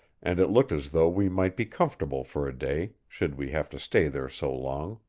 and it looked as though we might be comfortable for a day, should we have to stay there so long.